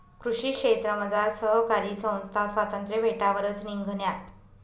कृषी क्षेत्रमझार सहकारी संस्था स्वातंत्र्य भेटावरच निंघण्यात